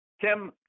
Tim